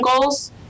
goals